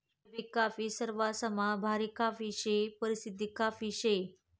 Arabic coffee सरवासमा भारी coffee शे, परशिद्ध कॉफी शे